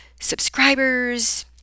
subscribers